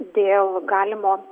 dėl galimo